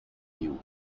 you